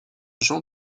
jean